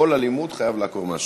כל אלימות חייבים לעקור מהשורש.